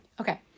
Okay